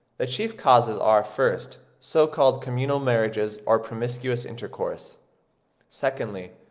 the chief causes are, first, so-called communal marriages or promiscuous intercourse secondly,